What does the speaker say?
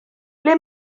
ble